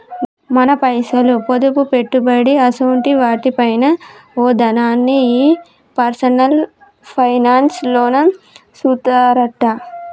మన పైసలు, పొదుపు, పెట్టుబడి అసోంటి వాటి పైన ఓ ఇదనాన్ని ఈ పర్సనల్ ఫైనాన్స్ లోనే సూత్తరట